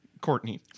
Courtney